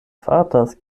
fartas